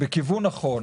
בכיוון נכון,